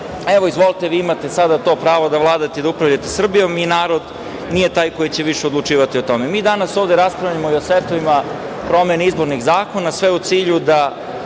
evo izvolite, vi imate samo to pravo da vladate i upravljate Srbijom i narod nije taj koji će više odlučivati o tome. Mi danas ovde raspravljamo i o setovima promene izbornih zakona, sve u cilju da